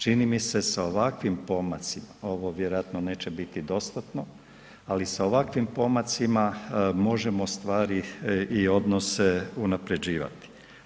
Čini mi se sa ovakvim pomacima, ovo vjerojatno neće biti dostatno ali sa ovakvim pomacima, možemo stvari i odnose unaprjeđivati.